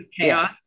chaos